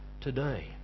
today